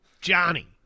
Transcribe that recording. Johnny